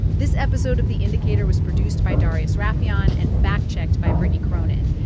this episode of the indicator was produced by darius rafieyan and fact-checked by brittany cronin.